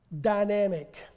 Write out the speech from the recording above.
dynamic